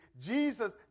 Jesus